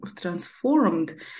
transformed